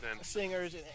singers